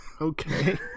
Okay